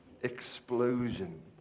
explosion